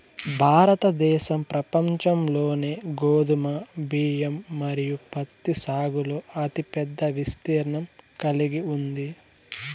భారతదేశం ప్రపంచంలోనే గోధుమ, బియ్యం మరియు పత్తి సాగులో అతిపెద్ద విస్తీర్ణం కలిగి ఉంది